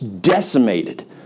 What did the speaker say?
decimated